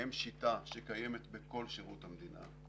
הן שיטה שקיימת בכל שירות המדינה,